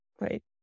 right